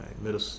middle